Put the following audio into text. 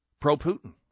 pro-Putin